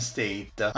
State